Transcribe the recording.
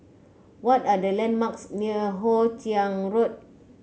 what are the landmarks near Hoe Chiang Road